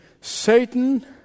Satan